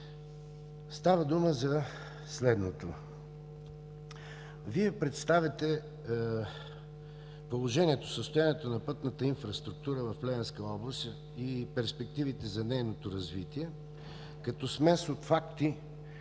Става дума за следното. Вие представяте положението, състоянието на пътната инфраструктура в Плевенска област и перспективите за нейното развитие като смес от факти